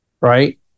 Right